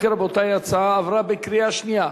אם כן, רבותי, ההצעה עברה בקריאה שנייה.